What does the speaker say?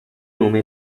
nome